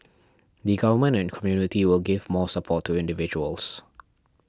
the Government and community will give more support to individuals